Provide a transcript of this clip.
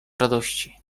radości